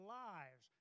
lives